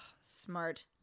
Smart